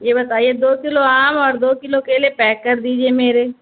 یہ بتائیے دو کلو آم اور دو کلو کیلے پیک کر دیجیے میرے